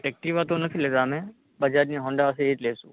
Activa તો નથી લેતા અમે બજાજની હોન્ડા હશે એજ લઇશું